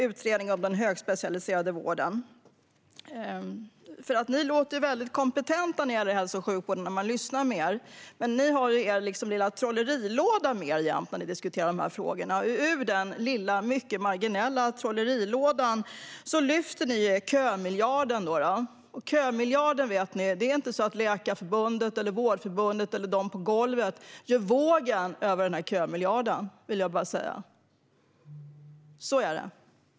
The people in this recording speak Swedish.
Och det kan man väl säga var ungefär tre minuter i tolv. Ni låter väldigt kompetenta när det gäller hälso och sjukvården. Men när vi diskuterar de här frågorna har ni jämt med er lilla trollerilåda. Och ur den lilla, mycket marginella, trollerilådan lyfter ni upp kömiljarden. Jag vill bara säga en sak: Läkarförbundet, Vårdförbundet eller de på golvet gör inte vågen för den.